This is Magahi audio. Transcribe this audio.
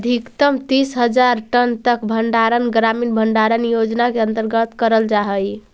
अधिकतम तीस हज़ार टन तक के भंडारण ग्रामीण भंडारण योजना के अंतर्गत करल जा हई